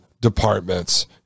departments